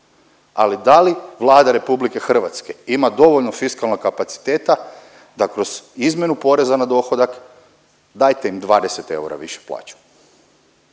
ali da li Vlada RH ima dovoljno fiskalnih kapaciteta da kroz izmjenu poreza na dohodak dajte im 20 eura višu plaću.